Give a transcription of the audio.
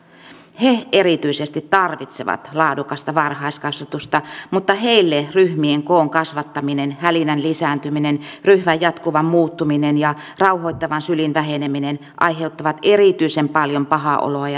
erityisesti he tarvitsevat laadukasta varhaiskasvatusta mutta heille ryhmien koon kasvattaminen hälinän lisääntyminen ryhmän jatkuva muuttuminen ja rauhoittavan sylin väheneminen aiheuttavat erityisen paljon pahaa oloa ja levottomuutta